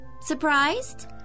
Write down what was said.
Surprised